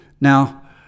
now